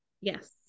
yes